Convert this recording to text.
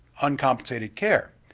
uncompensated care.